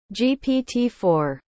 GPT-4